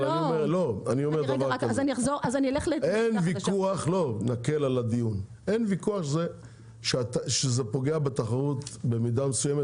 אין ויכוח על זה שזה פוגע בתחרות במידה מסוימת,